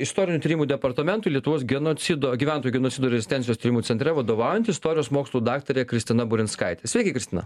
istorinių tyrimų departamentui lietuvos genocido gyventojų genocido rezistencijos tyrimų centre vadovaujanti istorijos mokslų daktarė kristina burinskaitė sveiki kristina